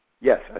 Yes